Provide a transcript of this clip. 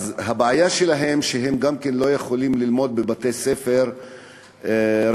הבעיה שלהם היא שהם גם לא יכולים ללמוד בבתי-ספר רגילים,